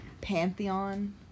pantheon